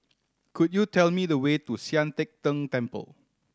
could you tell me the way to Sian Teck Tng Temple